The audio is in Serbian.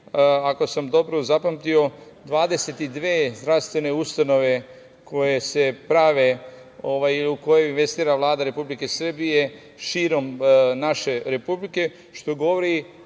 ako sam dobro zapamtio 22 zdravstvene ustanove koje se prave i u koje investira Vlada Republike Srbije širom naše Republike, što govori